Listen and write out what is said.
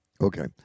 okay